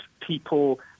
people